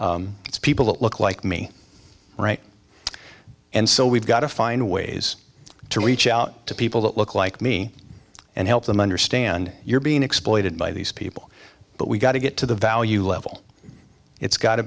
it's people that look like me right and so we've got to find ways to reach out to people that look like me and help them understand you're being exploited by these people but we've got to get to the value level it's got